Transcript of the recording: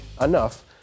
enough